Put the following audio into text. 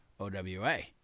OWA